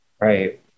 Right